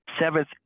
Seventh